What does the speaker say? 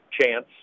chance